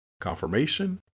confirmation